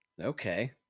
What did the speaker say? okay